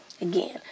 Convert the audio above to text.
Again